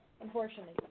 unfortunately